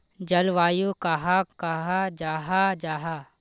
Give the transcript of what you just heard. जलवायु कहाक कहाँ जाहा जाहा?